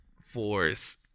force